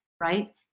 right